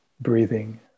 breathing